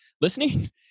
listening